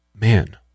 Man